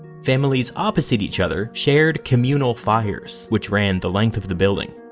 families opposite each other shared communal fires, which ran the length of the building.